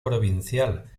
provincial